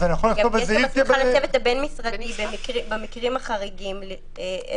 לצוות הבין-משרדי במקרים החריגים יש